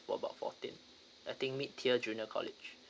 for about fourteen I think mid tier junior college